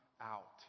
out